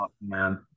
man